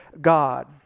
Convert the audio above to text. God